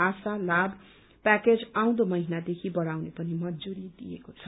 आशा लाभ प्याकेज आउँदो महिनादेखि बढ़ाउने पनि मंजूरी दिएको छ